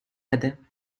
other